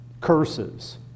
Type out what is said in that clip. curses